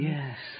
Yes